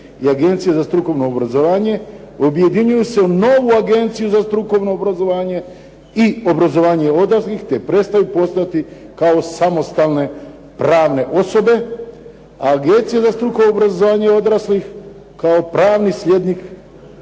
i Agencija za strukovno obrazovanje objedinjuje se u novu Agenciju za strukovno obrazovane i obrazovanje odraslih te prestaju postojati kao samostalne pravne osobe. A Agencija za strukovno obrazovanje odraslih kao pravni slijednik